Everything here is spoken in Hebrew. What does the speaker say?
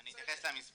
אני אתייחס למספרים.